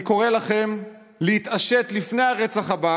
אני קורא לכם להתעשת לפני הרצח הבא